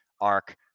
Arc